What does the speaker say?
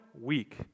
week